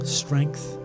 strength